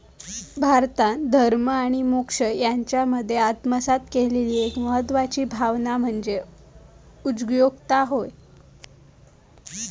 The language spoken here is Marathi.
भारतान धर्म आणि मोक्ष यांच्यामध्ये आत्मसात केलेली एक महत्वाची भावना म्हणजे उगयोजकता होय